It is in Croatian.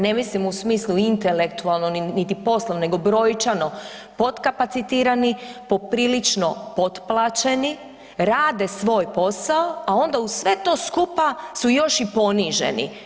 Ne mislim u smislu intelektualno niti poslovno, nego brojčano podkapacitirani, poprilično potplaćeni, rade svoj posao a onda uz sve to skupa su još i poniženi.